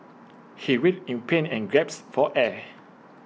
he writhed in pain and gasped for air